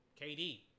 KD